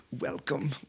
Welcome